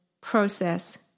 process